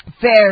Fair